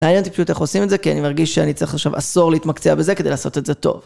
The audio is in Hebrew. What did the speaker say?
מעניין אותי פשוט איך עושים את זה, כי אני מרגיש שאני צריך עכשיו עשור להתמקצע בזה כדי לעשות את זה טוב.